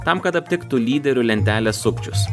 tam kad aptiktų lyderių lentelės sukčius